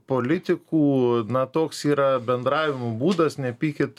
politikų na toks yra bendravimo būdas nepykit